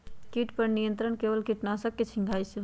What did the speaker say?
किट पर नियंत्रण केवल किटनाशक के छिंगहाई से होल?